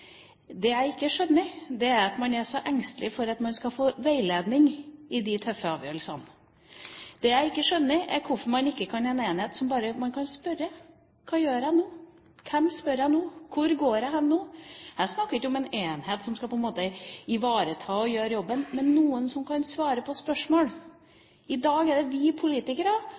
Det jeg ikke skjønner, er at man er så engstelig for at man skal få veiledning i de tøffe avgjørelsene. Det jeg ikke skjønner, er hvorfor man ikke kan ha en enhet som man bare kan spørre: Hva gjør jeg nå? Hvem spør jeg nå? Hvor går jeg hen nå? Jeg snakker ikke om en enhet som på en måte skal ivareta og gjøre jobben, men noen som kan svare på spørsmål. I dag er det vi politikere,